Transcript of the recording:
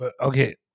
Okay